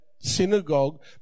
synagogue